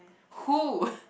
who